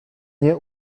nie